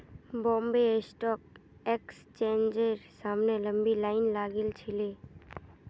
Bombay stock एक्सचेंजेर सामने लंबी लाइन लागिल छिले